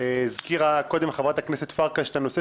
הזכירה קודם חברת הכנסת פרקש את הנושא